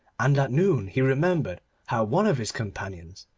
and at noon he remembered how one of his companions,